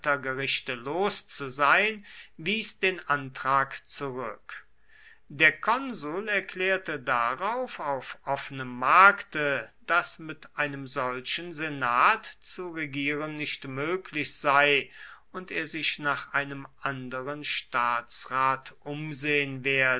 rittergerichte los zu sein wies den antrag zurück der konsul erklärte darauf auf offenem markte daß mit einem solchen senat zu regieren nicht möglich sei und er sich nach einem anderen staatsrat umsehen werde